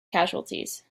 casualties